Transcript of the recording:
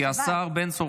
כי השר בן צור